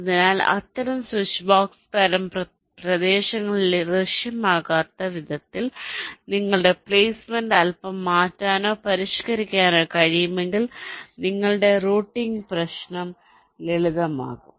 അതിനാൽ അത്തരം സ്വിച്ച്ബോക്സ് തരം പ്രദേശങ്ങൾ ദൃശ്യമാകാത്ത വിധത്തിൽ നിങ്ങളുടെ പ്ലേസ്മെന്റ് അൽപ്പം മാറ്റാനോ പരിഷ്ക്കരിക്കാനോ കഴിയുമെങ്കിൽ നിങ്ങളുടെ റൂട്ടിംഗ് പ്രശ്നം ലളിതമാകും